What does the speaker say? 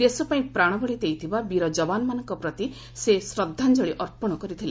ଦେଶପାଇଁ ପ୍ରାଣବଳି ଦେଇଥିବା ବୀର ଯବାନମାନଙ୍କ ପ୍ରତି ସେ ଶ୍ରଦ୍ଧାଞ୍ଜଳି ଅର୍ପଣ କରିଥିଲେ